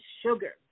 sugar